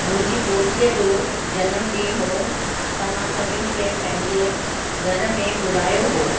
मुंहिंजी पोटीअ जो ॼनम ॾींहु हुओ त मां सभिनि खे पंहिंजे घर में घुरायो हुओ